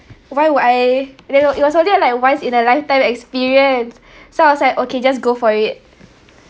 why would I it w~ it was only like once in a lifetime experience so I was like okay just go for it